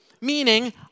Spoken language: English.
Meaning